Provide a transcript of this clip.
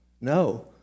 No